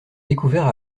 découvert